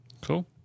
Cool